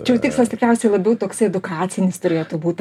čia jau tikslas tikriausiai labiau toksai edukacinis turėtų būt